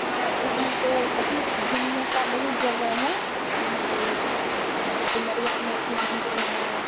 हाँ इधर तो बहुत घूमने की बहुत जगहें हैं यहाँ तो सिमरिया में भी मंदिर है